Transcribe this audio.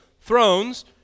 thrones